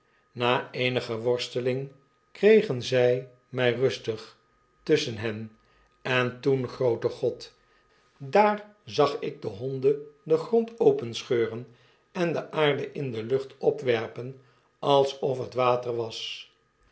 na eenige worsteling kregen zy my rustig tusschen hen en toen groote god daar zag ik de honden den grond openscheuren en de aarde in de lucht opwerpen alsof het water was